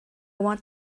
want